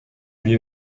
lui